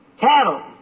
cattle